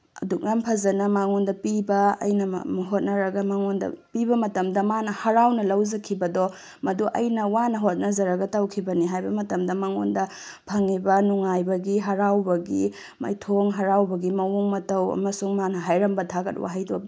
ꯑꯗꯨꯛꯌꯥꯝ ꯐꯖꯅ ꯃꯉꯣꯟꯗ ꯄꯤꯕ ꯑꯩꯅ ꯍꯣꯠꯅꯔꯒ ꯃꯉꯣꯟꯗ ꯄꯤꯕ ꯃꯇꯝꯗ ꯃꯥꯅ ꯍꯔꯥꯎꯅ ꯂꯧꯖꯈꯤꯕꯗꯣ ꯃꯗꯣ ꯑꯩꯅ ꯋꯥꯅ ꯍꯣꯠꯅꯖꯔꯒ ꯇꯧꯈꯤꯕꯅꯦ ꯍꯥꯏꯕ ꯃꯇꯝꯗ ꯃꯉꯣꯟꯗ ꯐꯪꯏꯕ ꯅꯨꯉꯥꯏꯕꯒꯤ ꯍꯔꯥꯎꯕꯒꯤ ꯃꯥꯏꯊꯣꯡ ꯍꯔꯥꯎꯕꯒꯤ ꯃꯑꯣꯡ ꯃꯇꯧ ꯑꯃꯁꯨꯡ ꯃꯥꯅ ꯍꯥꯏꯔꯝꯕ ꯊꯥꯒꯠ ꯋꯥꯍꯩꯗꯣ